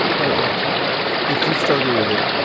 wait, what if you struggle with it?